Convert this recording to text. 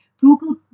Google